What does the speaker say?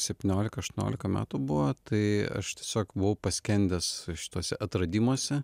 septyniolika aštuoniolika metų buvo tai aš tiesiog buvau paskendęs šituose atradimuose